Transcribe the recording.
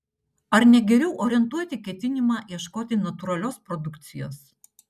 ar ne geriau orientuoti ketinimą ieškoti natūralios produkcijos